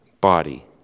body